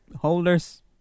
holders